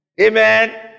Amen